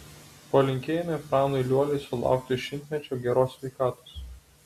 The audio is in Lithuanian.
palinkėjome pranui liuoliai sulaukti šimtmečio geros sveikatos